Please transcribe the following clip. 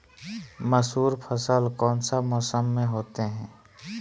मसूर फसल कौन सा मौसम में होते हैं?